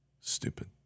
stupid